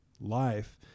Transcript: life